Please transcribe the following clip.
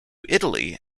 italy